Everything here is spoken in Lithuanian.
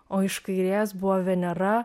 o iš kairės buvo venera